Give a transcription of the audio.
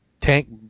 tank